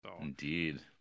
indeed